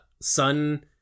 sun